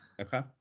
Okay